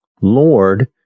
Lord